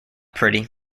pretty